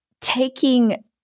taking